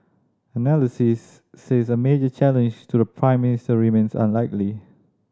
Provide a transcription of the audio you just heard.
analysts says a major challenge to the Prime Minister remains unlikely